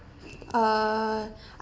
uh